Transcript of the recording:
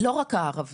לא רק הערבים.